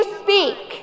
speak